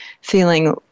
feeling